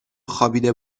خوابیده